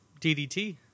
DDT